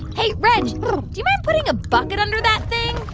hey, reg do you mind putting a bucket under that thing?